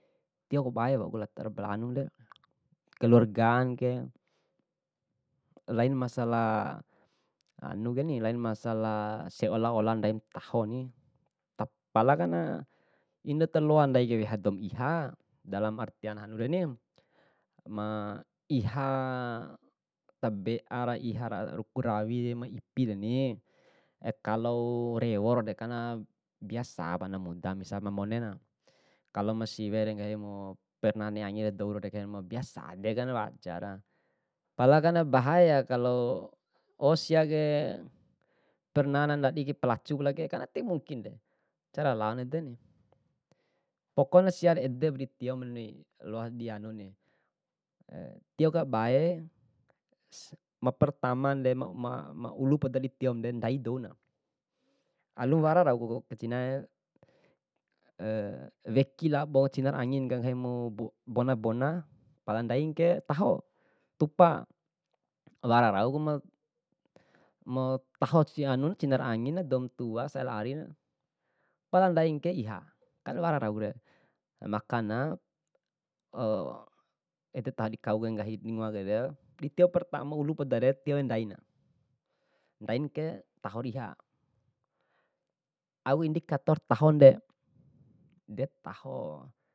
Tio kabae wauku latar anunde keluarganke, laina masala anukeni laina masala seola ola ndai dou matahoni. Palakana indo ta loa ndaike weha douma iha, dalam artin hanureni ma iha tabea raiha raruku rami ma ipireni kalo rewo dekana biasapa ana muda miasal mamonena, kalo ma siwe re nggahimu ma perna ne'e angi lao dou deksre biasapa edekan wajara, pala kanna bahaya kalo, oh siake pernana ndadi kai pelacurke, kan timungkinke ncara laon edeni. Pokokna siare edepa di tiomuni loasi dianuni, tio kabae ma pertama nde ma- ma- maulu poda di tiomde ndai douna, alum wara rauku cinae, weki labo cinara angimka nggahina dou mabona bona pala ndaike taho tupa, wara rauku ma- ma taho cinar angina doum tua saera arin, pala ndaike iha, kan wara raukure, makanya edetahoku dinggahi dingoa podare, ditio ulu tio wau ndaike ndainke iha, auku indikator tahode, detaho.